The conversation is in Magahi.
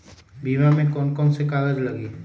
बीमा में कौन कौन से कागज लगी?